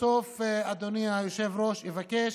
בסוף, אדוני היושב-ראש, אני אבקש,